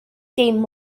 dim